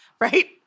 right